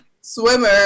swimmer